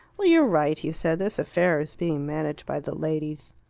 well, you are right, he said. this affair is being managed by the ladies.